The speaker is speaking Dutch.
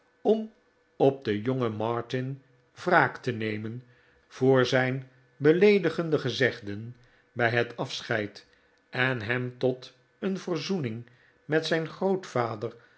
om op den jongen martin wraak te nemen voor zijn beleedigende gezegden bij het afscheid en hem tot een verzoening met zijn grootvader